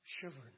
shivering